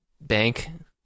Bank